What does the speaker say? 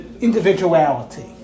individuality